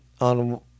on